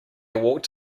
walked